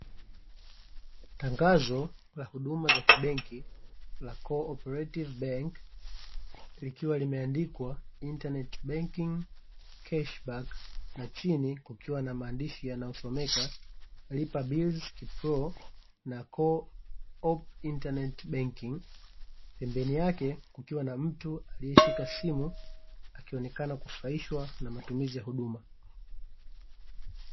Tangazo la huduma za kibenki la "co-operative bank" likiwa limeandikwa "internet banking cash back" na chini kukiwa na maandishi yanayosomeka "lipa bills ki proo na co-opp internet banking" pembeni yake kukiwa na mtu alieshika simu akionekana kufurahishwa na matumizi ya huduma.